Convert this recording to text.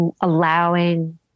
allowing